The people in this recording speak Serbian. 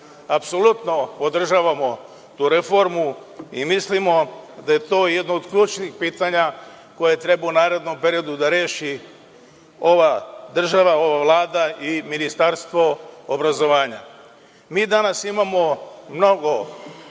Apsolutno podržavam tu reformu i mislim da je to jedno od ključnih pitanja koje treba u narednom periodu da reši ova država, ova Vlada i Ministarstvo obrazovanja. Danas imamo mnogo